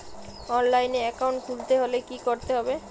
অনলাইনে একাউন্ট খুলতে হলে কি করতে হবে?